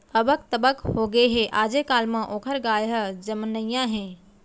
अबक तबक होगे हे, आजे काल म ओकर गाय ह जमनइया हे